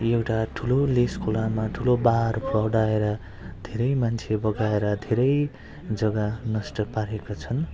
एउटा ठुलो लेस खोलामा ठुलो बाढ फ्लड आएर धेरै मान्छे बगाएर धेरै जगा नष्ट पारेका छन्